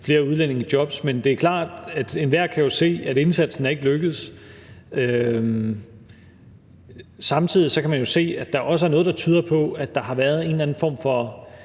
flere udlændinge i job, men det er klart, at enhver jo kan se, at indsatsen ikke er lykkedes. Samtidig kan man jo se, at der også er noget, der tyder på, at der har været en eller anden form for